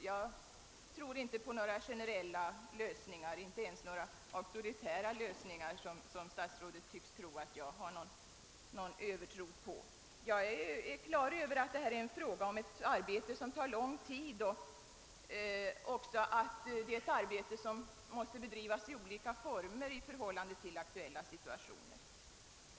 Jag tror inte på några generella eller ens auktoritära lösningar, som statsrådet tycks mena att jag hyser övertro på. Jag är på det klara med att detta är ett arbete som tar lång tid och som måste bedrivas i olika former med hänsyn till aktuella situationer.